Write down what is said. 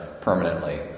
permanently